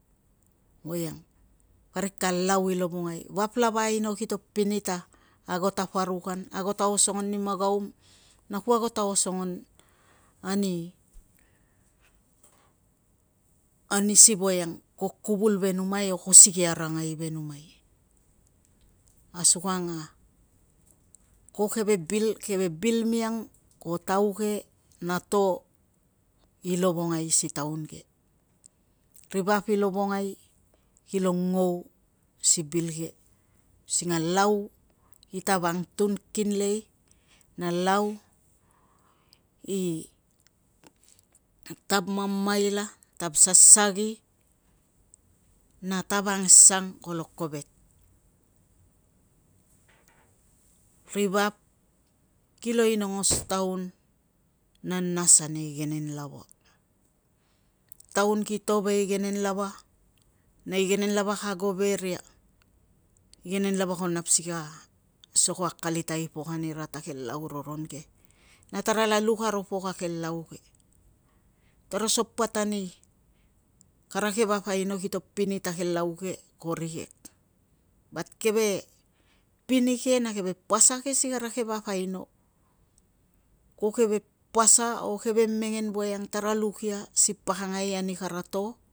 Voiang parik kapa lau i lovongai. Vap lava aino kito pini ta ago pa paruk an, ago ta osongon ani magaum, na ku ago ta osongon ani ani si voiang ko kuvul ve numai o ko sikei a rangai ve numai. Asukang a ko keve bil miang ko tauke na to i lovongai si taun ke, ri vap i lovongai kilo ngou si bil ke. Using a lau i tav angtun kinlei, na lau i tav mamaila, tav sasagi, na tav angsang kolo kovek. Ri vap kilo inongos taun a nas ani igenen lava ko nap si ka soko akalitai pok anira ta keve lau roron ke. Na tara luk aro pok a ke lau ke toro sekpat ani kara ke vap aino kito pini ta ke lau ke ko rikek keve pini ke na keve pasa ke si kara ke vap aino ko keve pasa o keve mengen voiang tara luk ia si pakangai ani kara to